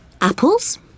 Apples